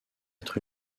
être